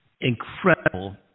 Incredible